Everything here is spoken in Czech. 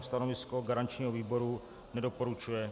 Stanovisko garančního výboru: nedoporučuje.